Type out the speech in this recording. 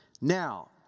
now